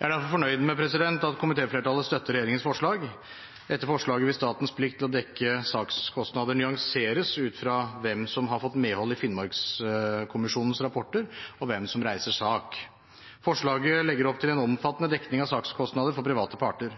Jeg er derfor fornøyd med at komitéflertallet støtter regjeringens forslag. Etter forslaget vil statens plikt til å dekke sakskostnader nyanseres ut fra hvem som har fått medhold i Finnmarkskommisjonens rapporter, og hvem som reiser sak. Forslaget legger opp til en omfattende dekning av sakskostnader for private parter.